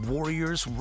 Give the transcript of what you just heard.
Warriors